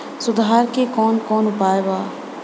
सुधार के कौन कौन उपाय वा?